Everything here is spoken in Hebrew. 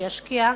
שישקיע,